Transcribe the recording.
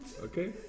okay